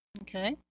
Okay